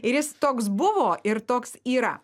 ir jis toks buvo ir toks yra